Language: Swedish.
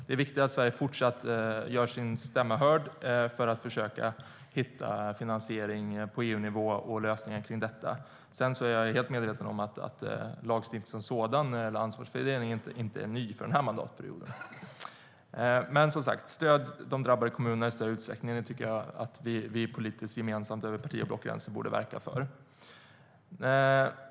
Det är viktigt att Sverige fortsatt gör sin stämma hörd för att försöka hitta lösningar till och finansiering av nedskräpningen. Sedan är jag helt medveten om att lagstiftningen som sådan när det gäller ansvarsfördelning inte är ny för den här mandatperioden. Men som sagt, att stödja de drabbade kommunerna i större utsträckning tycker jag att vi politiskt, gemensamt över parti och blockgränserna, borde verka för.